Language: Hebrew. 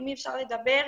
עם מי אפשר לדבר.